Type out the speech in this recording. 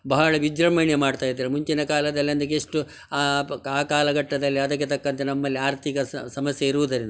ಬಹಳ ವಿಜೃಂಭಣೆ ಮಾಡ್ತಾಯಿದ್ದಾರೆ ಮುಂಚಿನ ಕಾಲದಲ್ಲಿ ಅದಕ್ಕೆ ಎಷ್ಟು ಆ ಕಾಲಘಟ್ಟದಲ್ಲಿ ಅದಕ್ಕೆ ತಕ್ಕಂತೆ ನಮ್ಮಲ್ಲಿ ಆರ್ಥಿಕ ಸಮಸ್ಯೆ ಇರುವುದರಿಂದ